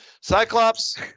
Cyclops